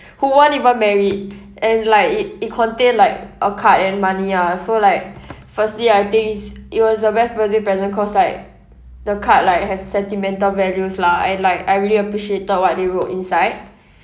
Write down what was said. who weren't even married and like it it contained like a card and then money ah so like firstly I think is it was the best birthday present cause like the card like has sentimental values lah and like I really appreciated what they wrote inside